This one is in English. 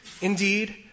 Indeed